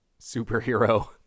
superhero